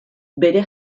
bere